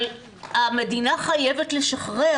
המדינה חייבת לשחרר.